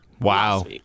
Wow